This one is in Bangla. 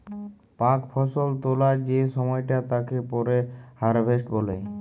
পাক ফসল তোলা যে সময়টা তাকে পরে হারভেস্ট বলে